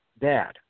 dad